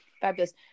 fabulous